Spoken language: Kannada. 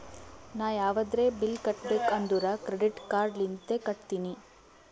ನಾ ಯಾವದ್ರೆ ಬಿಲ್ ಕಟ್ಟಬೇಕ್ ಅಂದುರ್ ಕ್ರೆಡಿಟ್ ಕಾರ್ಡ್ ಲಿಂತೆ ಕಟ್ಟತ್ತಿನಿ